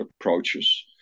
approaches